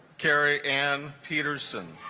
kerrie ann peterson